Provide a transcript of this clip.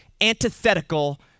antithetical